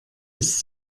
ist